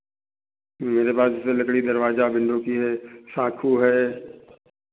मेरे पास तो लकड़ी दरवाजा विंडो की है साखू है